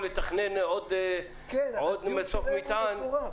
לתכנן עוד מסוף מטען ארגוני הסביבה יגידו...